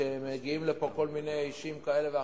וכשמגיעים לכאן כל מיני אישים כאלה ואחרים,